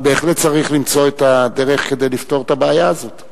אבל בהחלט צריך למצוא את הדרך כדי לפתור את הבעיה הזאת.